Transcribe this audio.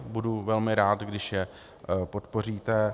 Budu velmi rád, když je podpoříte.